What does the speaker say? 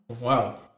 Wow